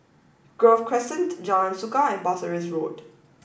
Grove Crescent Jalan Suka and Pasir Ris Road